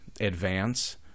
advance